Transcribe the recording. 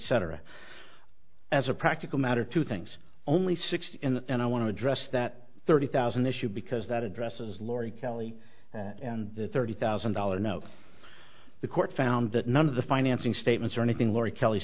etc as a practical matter two things only six and i want to address that thirty thousand issue because that addresses lori kelley and thirty thousand dollars know the court found that none of the financing statements or anything laurie kell